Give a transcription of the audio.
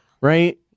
right